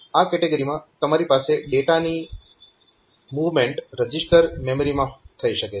આ કેટેગરીમાં તમારી પાસે ડેટાની મૂવમેન્ટ રજીસ્ટર મેમરીમાં થઈ શકે છે